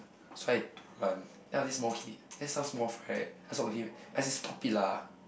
so I dulan then there was this small kid then some small fry right I just talk to him I say stop it lah